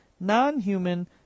non-human